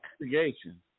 investigation